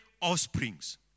offsprings